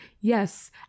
Yes